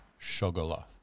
Shogoloth